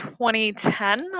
2010